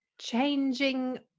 changing